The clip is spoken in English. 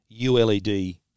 ULED